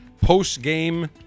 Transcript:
post-game